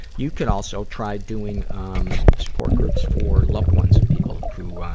you could also try doing, um, support groups for loved ones of people who, ah,